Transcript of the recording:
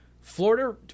florida